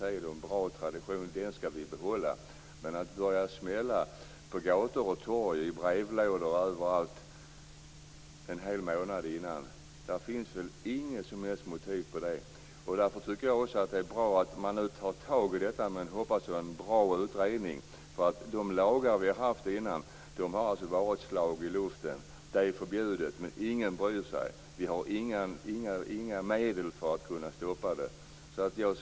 Men det finns inget motiv till att börja smälla på gator, torg och i brevlådor en hel månad innan. Det är bra att man nu tar tag i detta och gör en bra utredning. De lagar vi har haft har varit ett slag i luften. Något är förbjudet, men ingen bryr sig. Det finns inga medel för att stoppa det hela.